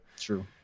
True